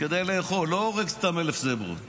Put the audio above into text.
כדי לאכול, לא הורג סתם אלף זברות.